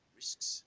risks